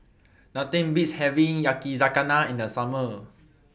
Nothing Beats having Yakizakana in The Summer